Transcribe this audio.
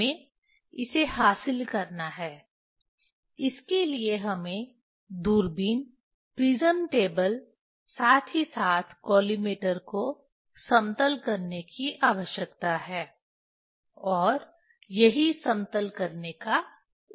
हमें इसे हासिल करना है इसके लिए हमें दूरबीन प्रिज्म टेबल साथ ही साथ कॉलिमेटर को समतल करने की आवश्यकता है और यही समतल करने का उद्देश्य है